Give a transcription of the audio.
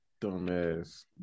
Dumbass